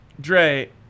Dre